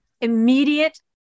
Immediate